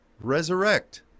resurrect